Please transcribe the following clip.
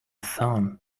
thorn